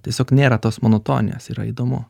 tiesiog nėra tos monotonijos yra įdomu